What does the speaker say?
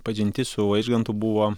pažintis su vaižgantu buvo